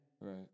Right